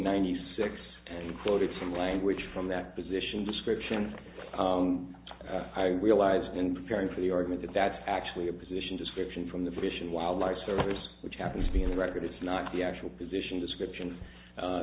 ninety six and you quoted from the language from that position description i realized in preparing for the argument that that's actually a position description from the fish and wildlife service which happens to be in the record it's not the actual position description